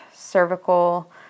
cervical